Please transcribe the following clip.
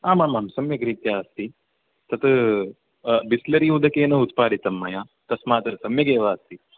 आमामां सम्यक् रीत्या अस्ति तत् बिस्लरि उदकेन उत्पादितं मया तस्मात् सम्यगेव अस्ति